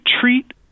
treat